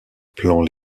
plan